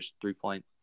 three-point